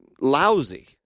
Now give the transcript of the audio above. lousy